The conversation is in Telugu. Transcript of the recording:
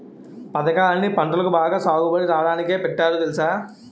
పదకాలన్నీ పంటలు బాగా సాగుబడి రాడానికే పెట్టారు తెలుసా?